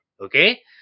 okay